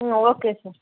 okay sir